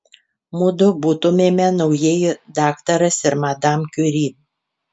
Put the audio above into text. mudu būtumėme naujieji daktaras ir madam kiuri